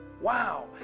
wow